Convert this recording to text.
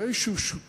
נדמה לי שהוא שותף